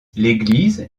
l’église